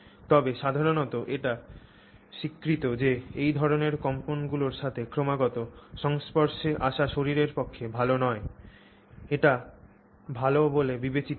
তবে সাধারণত এটা স্বীকৃত যে এই ধরণের কম্পনগুলির সাথে ক্রমাগত সংস্পর্শে আসা শরীরের পক্ষে ভাল নয় এটি ভাল বলে বিবেচিত নয়